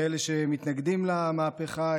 כאלה שמתנגדים למהפכה,